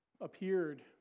appeared